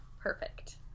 perfect